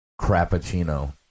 Cappuccino